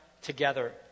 together